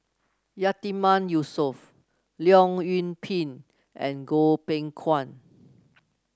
Yatiman Yusof Leong Yoon Pin and Goh Beng Kwan